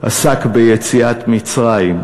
עסק ביציאת מצרים,